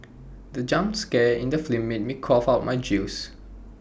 the jump scare in the film made me cough out my juice